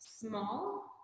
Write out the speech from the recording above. small